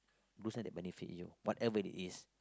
do something that benefit you whatever what it is